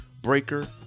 Breaker